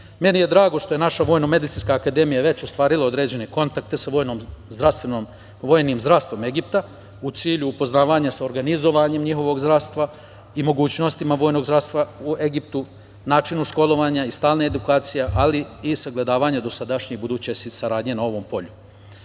leče. Meni je drago što je naša Vojno-medicinska akademija već ostvarila određene kontakte sa vojnim zdravstvom Egipta, u cilju upoznavanja sa organizovanjem njihovog zdravstva i mogućnostima vojnog zdravstva u Egiptu, načinu školovanja i stalne edukacije ali i sagledavanja dosadašnje buduće saradnje na ovom